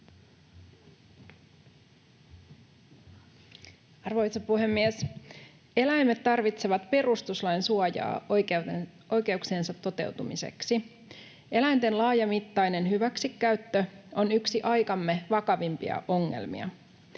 Arvoisa puhemies! Eläimet tarvitsevat perustuslain suojaa oikeuksiensa toteutumiseksi. Eläinten laajamittainen hyväksikäyttö on yksi aikamme vakavimpia ongelmia.